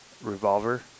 revolver